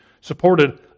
supported